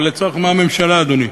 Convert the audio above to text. אבל לצורך מה ממשלה, אדוני?